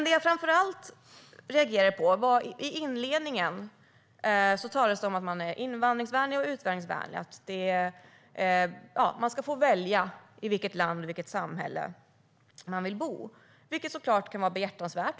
Det jag framför allt reagerade på var att det i inledningen talades om att man är invandringsvänlig och utvandringsvänlig. Människor ska få välja i vilket land och i vilket samhälle de vill bo. Det kan såklart vara behjärtansvärt.